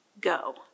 go